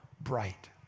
bright